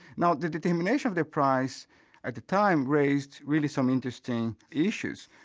now the determination of the price at the time raised really some interesting issues.